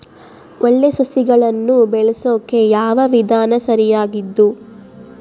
ಒಳ್ಳೆ ಸಸಿಗಳನ್ನು ಬೆಳೆಸೊಕೆ ಯಾವ ವಿಧಾನ ಸರಿಯಾಗಿದ್ದು?